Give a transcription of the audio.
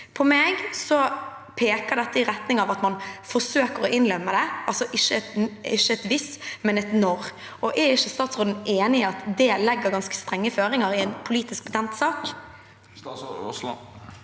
For meg peker dette i retning av at man forsøker å innlemme det, altså ikke et «hvis», men et «når». Er ikke statsråden enig i at det legger ganske strenge føringer i en politisk betent sak? Statsråd Terje